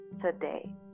today